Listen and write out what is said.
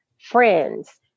friends